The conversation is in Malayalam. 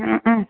ഹും ഹും